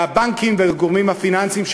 והבנקים והגורמים הפיננסיים,